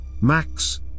Max